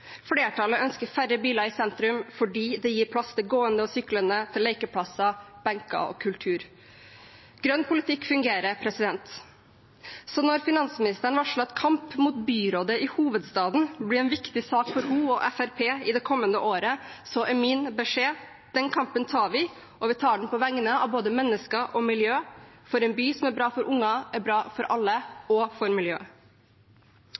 Flertallet ønsker færre biler i sentrum, fordi det gir plass til gående og syklende, til lekeplasser, benker og kultur. Grønn politikk fungerer, så når finansministeren varsler at kamp mot byrådet i hovedstaden blir en viktig sak for henne og Fremskrittspartiet det kommende året, er min beskjed: Den kampen tar vi, og vi tar den på vegne av både mennesker og miljø, for en by som er bra for barn, er bra for